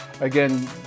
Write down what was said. again